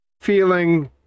feeling